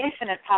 infinite